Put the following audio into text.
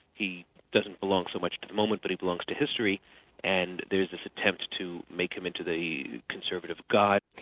he doesn't belong so much to the moment but he belongs to history and there's this attempt to make him into the conservative god.